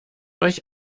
euch